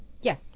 Yes